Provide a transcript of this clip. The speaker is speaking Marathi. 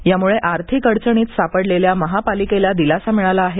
यामुळे आर्थिक अडचणीत सापडलेल्या महापालिकेला दिलासा मिळाला आहे